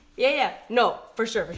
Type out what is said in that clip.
yeah, no, for sure, for